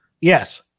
Yes